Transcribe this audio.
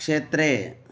क्षेत्रे